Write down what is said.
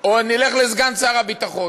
או נלך לסגן שר הביטחון.